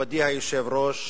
מכובדי היושב-ראש,